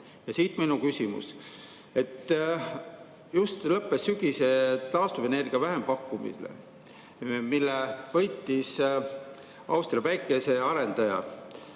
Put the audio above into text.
Ja siit tuleb minu küsimus. Just lõppes sügisene taastuvenergia vähempakkumine, mille võitis Austria päikesearendaja.